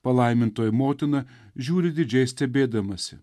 palaimintoji motina žiūri didžiai stebėdamasi